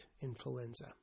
influenza